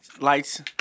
lights